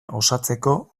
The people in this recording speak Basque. osatzeko